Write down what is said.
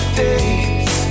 days